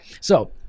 So-